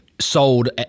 sold